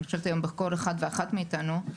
אני חושבת שבכל אחד ואחת מאיתנו היום,